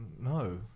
no